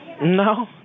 No